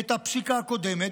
את הפסיקה הקודמת,